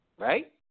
Right